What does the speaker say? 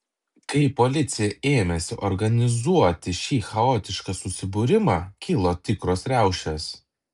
kai policija ėmėsi organizuoti šį chaotišką susibūrimą kilo tikros riaušės